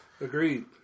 Agreed